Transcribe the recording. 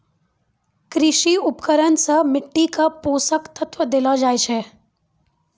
कृषि उपकरण सें मिट्टी क पोसक तत्व देलो जाय छै